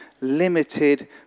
limited